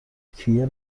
کیه